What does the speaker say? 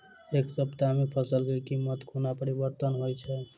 एक सप्ताह मे फसल केँ कीमत कोना परिवर्तन होइ छै?